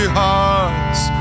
hearts